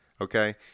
okay